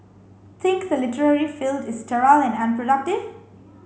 think the literary field is sterile and productive